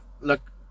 look